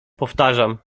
powtarzam